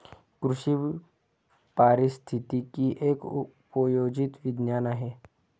कृषी पारिस्थितिकी एक उपयोजित विज्ञान आहे